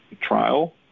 trial